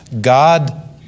God